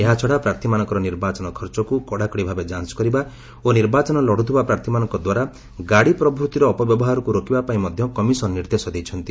ଏହାଛଡା ପ୍ରାର୍ଥୀମାନଙ୍କର ନିର୍ବାଚନ ଖର୍ଚ୍ଚକୁ କଡ଼ାକଡ଼ି ଭାବେ ଯାଞ୍ଚ କରିବା ଓ ନିର୍ବାଚନ ଲଢ଼ୁଥିବା ପ୍ରାର୍ଥୀମାନଙ୍କ ଦ୍ୱାରା ଗାଡ଼ି ପ୍ରଭୂତିର ଅପବ୍ୟବହାରକୁ ରୋକିବା ପାଇଁ ମଧ୍ୟ କମିଶନ ନିର୍ଦ୍ଦେଶ ଦେଇଛନ୍ତି